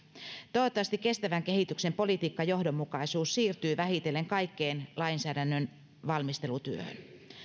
toivottavasti kestävän kehityksen politiikkajohdonmukaisuus siirtyy vähitellen kaikkeen lainsäädännön valmistelutyöhön